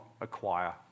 acquire